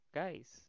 guys